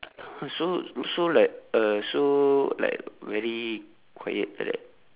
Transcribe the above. so so like uh so like very quiet like